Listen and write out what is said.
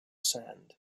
sand